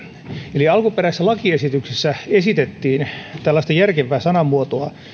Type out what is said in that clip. eli alkuperäisessä lakiesityksessä esitettiin tällaista järkevää sanamuotoa